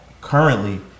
currently